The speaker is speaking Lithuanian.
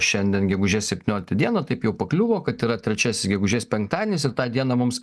šiandien gegužės septyniolika diena taip jau pakliuvo kad yra trečiasis gegužės penktadienis ir tą dieną mums